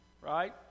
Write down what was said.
right